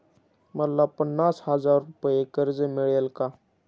मला पन्नास हजार रुपये कर्ज मिळेल का?